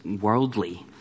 worldly